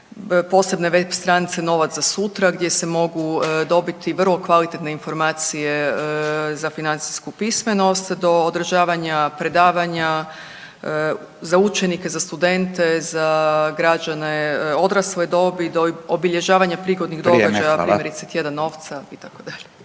posebne web stranice „Novac za sutra“ gdje se mogu dobiti vrlo kvalitetne informacije za financijsku pismenost do održavanja predavanja za učenike, za studente, za građane odrasle dobi do obilježavanja prigodnih događaja primjerice „Tjedan novaca“ itd..